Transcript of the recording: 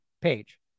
page